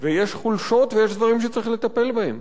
ויש חולשות, ויש דברים שצריך לטפל בהם.